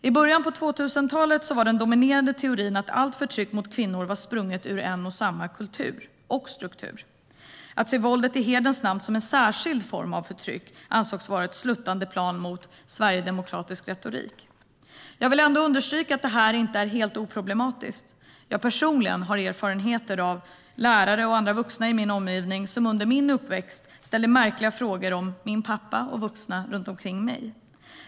I början av 2000-talet var den dominerande teorin att allt förtryck mot kvinnor var sprunget ur en och samma kultur och struktur. Att se våldet i hederns namn som en särskild form av förtryck ansågs vara ett sluttande plan mot sverigedemokratisk retorik. Jag vill ändå understryka att detta inte är helt oproblematiskt. Jag har personligen erfarenheter av lärare och andra vuxna i min omgivning som under min uppväxt ställde märkliga frågor om min pappa och vuxna runt omkring mig.